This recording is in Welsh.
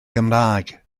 gymraeg